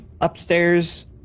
upstairs